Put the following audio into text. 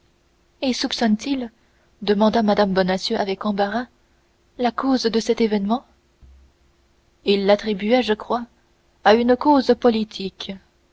et soupçonne t il demanda mme bonacieux avec embarras la cause de cet événement il l'attribuait je crois à une cause politique